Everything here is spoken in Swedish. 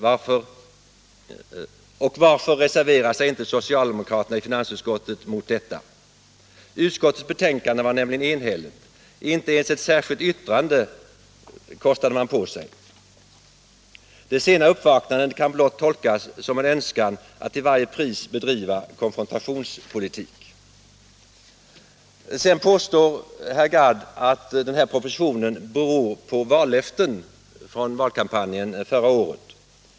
Varför reserverade sig inte socialdemokraterna i finansutskottet mot detta? Utskottets betänkande var nämligen enhälligt — inte ens ett särskilt yttrande kostade man på sig. Det sena uppvaknandet kan blott tolkas som en önskan att till varje pris bedriva konfrontationspolitik. Herr Gadd påstår att propositionen beror på vallöften under valkampanjen förra året.